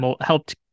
helped